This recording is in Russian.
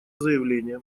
заявление